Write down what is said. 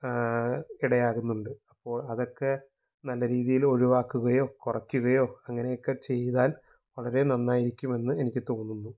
ഇടയാകുന്നുണ്ട് അപ്പോള് അതൊക്കെ നല്ല രീതിയിലൊഴിവാക്കുകയോ കുറയ്ക്കുകയോ അങ്ങനെയൊക്കെ ചെയ്താല് വളരെ നന്നായിരിക്കുമെന്ന് എനിക്ക് തോന്നുന്നു